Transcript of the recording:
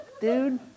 dude